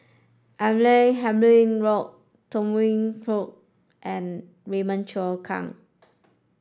Abdul Halim Haron Tham Yui Kai and Raymond Kang